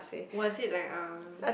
was it like uh